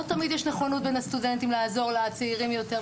לא תמיד יש נכונות בין הסטודנטים לעזור לצעירים יותר.